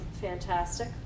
fantastic